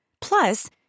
Plus